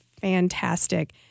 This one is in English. fantastic